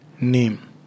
name